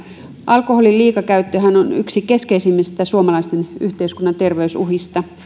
alkoholin liikakäyttöhän on yksi keskeisimmistä suomalaisen yhteiskunnan terveysuhista